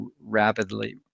rapidly